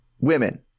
women